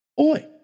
Oi